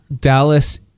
Dallas